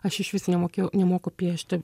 aš išvis nemokėjau nemoku piešti